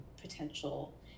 potential